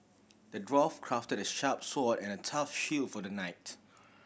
the dwarf crafted a sharp sword and a tough shield for the knight